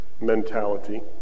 mentality